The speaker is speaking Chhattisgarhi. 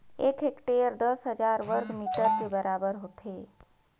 एक हेक्टेयर दस हजार वर्ग मीटर के बराबर होथे